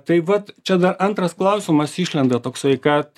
tai vat čia dar antras klausimas išlenda toksai kad